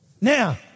Now